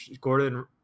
Gordon